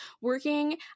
working